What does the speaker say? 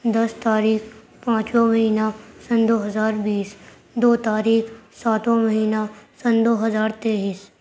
دس تاریخ پانچواں مہینہ سن دو ہزار بیس دو تاریخ ساتواں مہینہ سن دو ہزار تیئیس